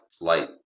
light